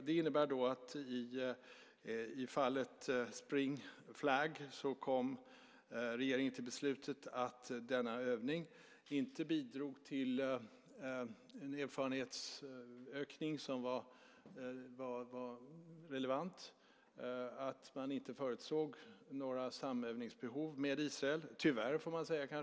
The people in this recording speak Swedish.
Det innebär att i fallet Spring Flag kom regeringen fram till beslutet att denna övning inte bidrog till en erfarenhetsökning som var relevant, och man förutsåg inte något behov av samövning med Israel - tyvärr, får man kanske säga.